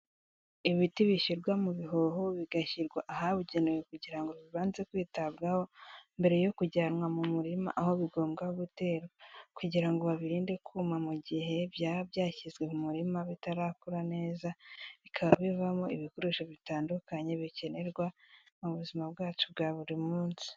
Ibiti bishyirwa mu bihoho, bigashyirwa ahabugenewe kugira ngo bibanze kwitabwaho, mbere yo kujyanwa mu murima aho bigomba guterwa kugira ngo babirinde kuma mu gihe byaba byashyizwe mu murima bitarakura neza, bikaba bivamo ibikoresho bitandukanye bikenerwa mu buzima bwacu bwa buri munsi.